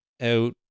out